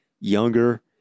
younger